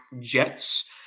Jets